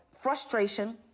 frustration